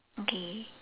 okay